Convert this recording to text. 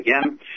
again